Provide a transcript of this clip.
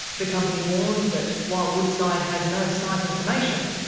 the company warned that while woodside has no site information,